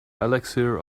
elixir